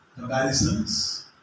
comparisons